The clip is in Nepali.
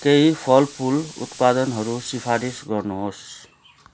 केही फलफुल उत्पादनहरू सिफारिस गर्नुहोस्